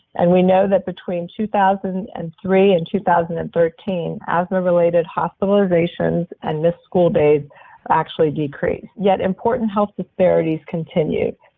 and we know that between two thousand and three and two thousand and thirteen, asthma-related hospitalizations and missed school days actually decreased. yet, important health disparities continue.